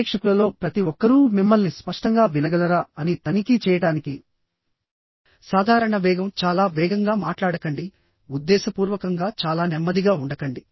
ప్రేక్షకులలో ప్రతి ఒక్కరూ మిమ్మల్ని స్పష్టంగా వినగలరా అని తనిఖీ చేయడానికి సాధారణ వేగం చాలా వేగంగా మాట్లాడకండి ఉద్దేశపూర్వకంగా చాలా నెమ్మదిగా ఉండకండి